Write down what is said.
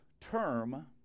term